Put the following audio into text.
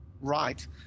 right